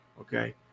Okay